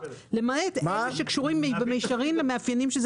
למעט אלה שקשורים במישרין למאפיינים.